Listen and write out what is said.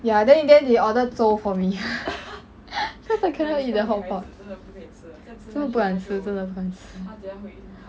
ya then in the end they ordered 粥 for me cause I cannot eat the hotpot 真的不敢吃真的不敢吃